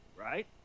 right